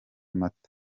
mata